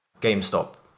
gamestop